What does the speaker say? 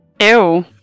Ew